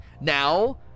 now